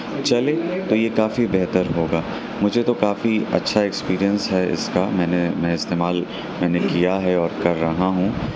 چلے تو یہ کافی بہتر ہوگا مجھے تو کافی اچھا ایکسپریئنس ہے اس کا میں نے میں استعمال میں نے کیا ہے اور کر رہا ہوں